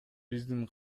биздин